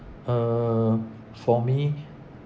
uh for me